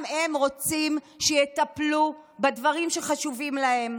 גם הם רוצים שיטפלו בדברים שחשובים להם.